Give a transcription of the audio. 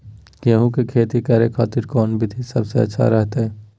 गेहूं के खेती करे खातिर कौन विधि सबसे अच्छा रहतय?